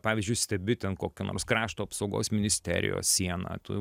pavyzdžiui stebi ten kokio nors krašto apsaugos ministerijos sieną tu